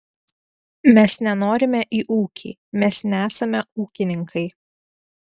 mes nenorime į ūkį mes nesame ūkininkai